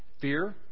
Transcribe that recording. Fear